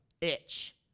itch